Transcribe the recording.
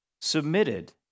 submitted